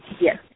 Yes